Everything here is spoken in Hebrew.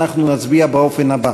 אנחנו נצביע באופן הזה: